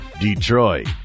Detroit